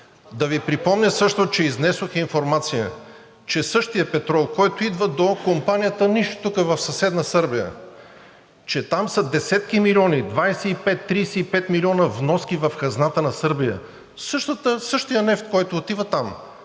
Да Ви припомня също, че изнесох информация, че същият петрол, който идва до компанията в Ниш – тук в съседна Сърбия, че там са десетки милиони – 25, 35 милиона вноски в хазната на Сърбия, същият нефт, който отива там,